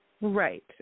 Right